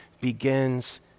begins